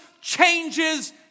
changes